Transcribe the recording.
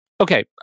Okay